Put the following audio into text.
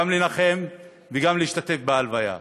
גם לנחם וגם להשתתף בהלוויה.